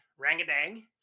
Rangadang